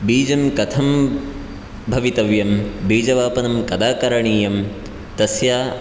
बीजं कथं भवितव्यं बीजवपनं कदा करणीयं तस्य